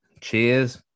cheers